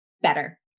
better